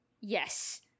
Yes